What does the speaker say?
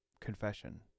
confession